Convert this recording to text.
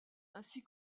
ainsi